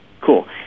cool